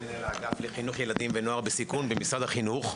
במשרד החינוך.